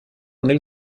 nel